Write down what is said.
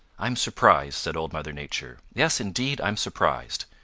i'm surprised, said old mother nature. yes, indeed, i'm surprised.